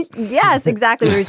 yes exactly.